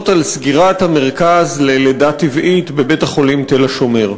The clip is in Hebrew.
על סגירת המרכז ללידה טבעית בבית-החולים תל-השומר.